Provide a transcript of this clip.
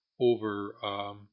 over